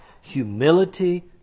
Humility